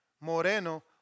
Moreno